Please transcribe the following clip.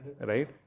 right